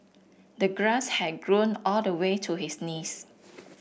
the grass had grown all the way to his knees